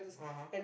(uh huh)